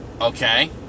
Okay